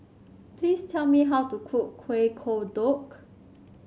please tell me how to cook Kuih Kodok